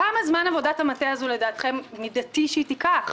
כמה זמן לדעתכם מידתי שעבודת המטה הזו תיקח?